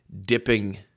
dipping